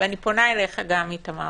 ואני פונה גם אליך, איתמר